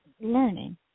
learning